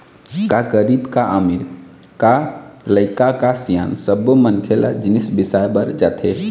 का गरीब का अमीर, का लइका का सियान सब्बो मनखे ल जिनिस बिसाए बर जाथे